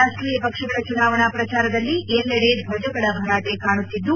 ರಾಷ್ಷೀಯ ಪಕ್ಷಗಳ ಚುನಾವಣಾ ಪ್ರಚಾರದಲ್ಲಿ ಎಲ್ಲೆಡೆ ಧ್ವಜಗಳ ಭರಾಟೆ ಕಾಣುತ್ತಿದ್ದು